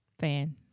fan